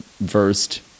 versed